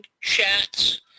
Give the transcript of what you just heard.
chats